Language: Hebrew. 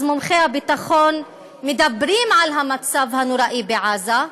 מומחי הביטחון מדברים על המצב הנוראי בעזה,